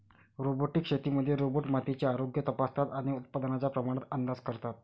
robotic शेतीमध्ये robot मातीचे आरोग्य तपासतात आणि उत्पादनाच्या प्रमाणात अंदाज करतात